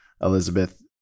Elizabeth